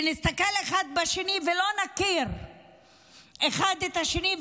נסתכל אחד בשני ולא נכיר אחד את השני,